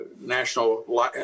National